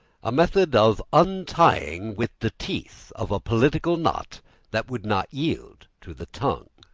a method of untying with the teeth of a political knot that would not yield to the tongue.